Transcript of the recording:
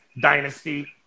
Dynasty